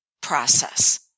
process